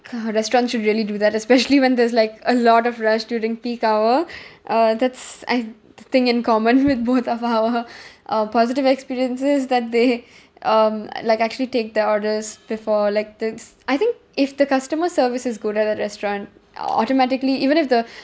uh restaurants should really do that especially when there's like a lot of rush during peak hour uh that's I think in common with both of our our positive experiences that they um like actually take the orders before like it's I think if the customer service is good at a restaurant automatically even if the